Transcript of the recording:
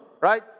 right